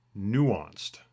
nuanced